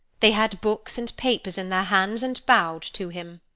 they had books and papers in their hands, and bowed to him.